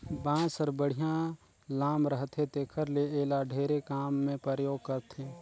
बांस हर बड़िहा लाम रहथे तेखर ले एला ढेरे काम मे परयोग करथे